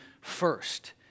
first